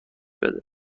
بده